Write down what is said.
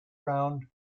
round